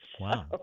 Wow